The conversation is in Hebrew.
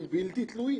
הם בלתי תלויים.